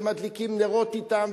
ומדליקים נרות אתם,